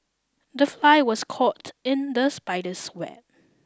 the fly was caught in the spider's web